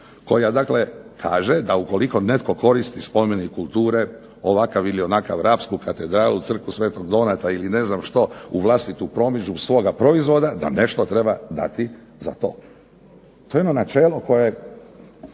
koja kaže da ukoliko netko koristi spomenik kulture ovakav ili onakav, rapsku katedralu, Crkvu Sv. Donata ili ne znam što u vlastitu promidžbu svoga proizvoda, da nešto treba dati za to. To je jedno načelo koje